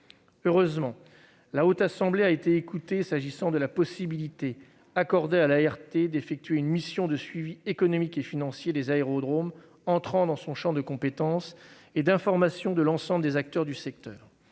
Heureusement, la Haute Assemblée a été écoutée pour ce qui concerne la possibilité offerte à l'ART d'effectuer une mission de suivi économique et financier des aérodromes entrant dans son champ de compétence, et une mission d'information de l'ensemble des acteurs du secteur.